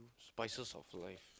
spices of life